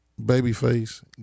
Babyface